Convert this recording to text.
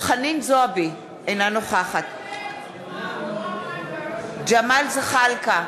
חנין זועבי, אינה נוכחת ג'מאל זחאלקה,